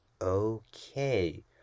Okay